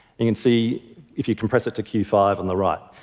you can see if you compress it to q five on the right.